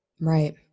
Right